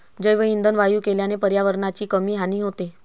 जैवइंधन वायू केल्याने पर्यावरणाची कमी हानी होते